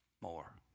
more